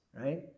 right